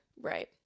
right